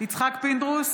יצחק פינדרוס,